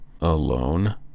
Alone